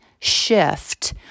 shift